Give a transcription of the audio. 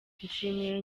nshimiye